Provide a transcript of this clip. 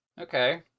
Okay